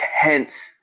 tense